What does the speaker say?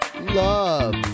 Love